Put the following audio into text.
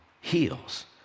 heals